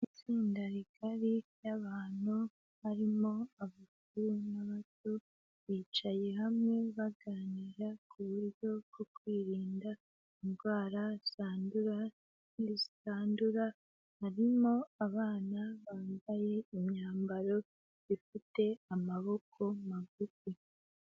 Itsinda rigari ry'abantu, harimo abakuru n'abato, bicaye hamwe baganira ku buryo bwo kwirinda indwara zandura, n'izitandura, harimo abana bambaye imyambaro ifite amaboko magufi.